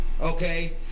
okay